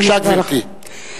בבקשה, גברתי.